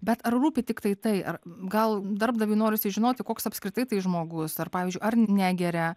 bet rūpi tiktai tai ar gal darbdaviui norisi žinoti koks apskritai tai žmogus ar pavyzdžiui ar negeria